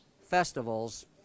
festivals